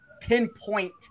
pinpoint